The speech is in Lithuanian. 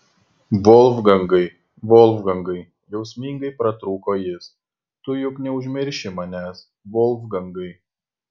volfgangai volfgangai jausmingai pratrūko jis tu juk neužmirši manęs volfgangai